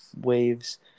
waves